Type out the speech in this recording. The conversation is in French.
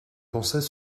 pensais